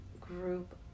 group